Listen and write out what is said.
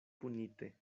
punite